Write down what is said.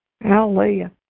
Hallelujah